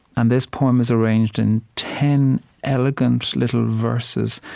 and this poem is arranged in ten elegant little verses.